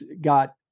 got